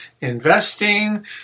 investing